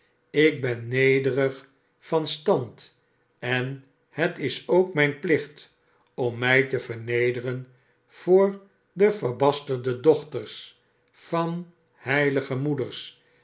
ik ben nedeng van stand en het is ook mijn plicht om mij te vernederen voor de verbasterde dochters van heilige moeders